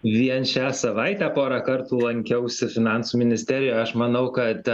vien šią savaitę porą kartų lankiausi finansų ministerijoje aš manau kad